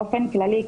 באופן כללי,